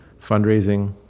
fundraising